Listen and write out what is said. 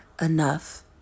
enough